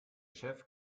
chef